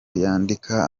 yandika